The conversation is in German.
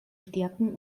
stärken